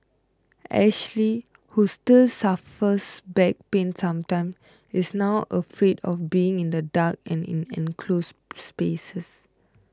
Ashley who still suffers back pains sometimes is now afraid of being in the dark and in enclosed spaces